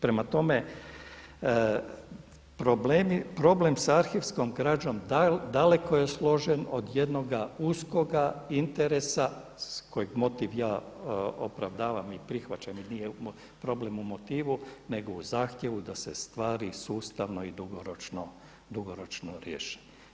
Prema tome, problem sa arhivskom građom daleko je složen od jednoga uskoga interesa kojeg motiv ja opravdavam i prihvaćanje nije problem u motivu, nego u zahtjevu da se stvari sustavno i dugoročno riješe.